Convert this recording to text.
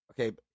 Okay